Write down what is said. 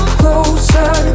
closer